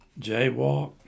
jaywalk